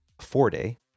four-day